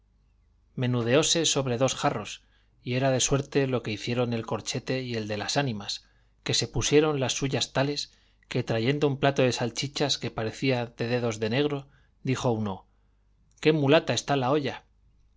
haya menudeóse sobre dos jarros y era de suerte lo que hicieron el corchete y el de las ánimas que se pusieron las suyas tales que trayendo un plato de salchichas que parecía de dedos de negro dijo uno qué mulata está la olla